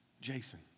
Jason